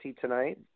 tonight